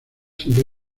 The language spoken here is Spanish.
siempre